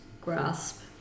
grasp